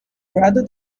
rather